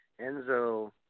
Enzo